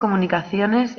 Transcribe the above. comunicaciones